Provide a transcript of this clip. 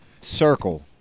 circle